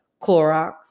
Clorox